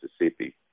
Mississippi